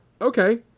okay